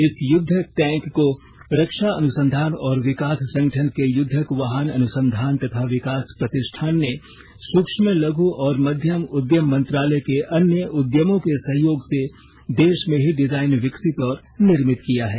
इस युद्धक टैंक को रक्षा अनुसंधान और विकास संगठन के युद्धक वाहन अनुसंधान तथा विकास प्रतिष्ठान ने सुक्ष्म लघ् और मध्यम उद्यम मंत्रालय के अन्य उद्यमों के सहयोग से देश में ही डिजाइन विकसित और निर्मित किया है